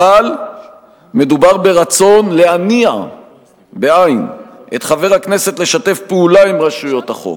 אבל מדובר ברצון להניע את חבר הכנסת לשתף פעולה עם רשויות החוק,